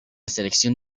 selección